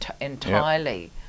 entirely